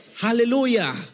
Hallelujah